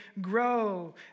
grow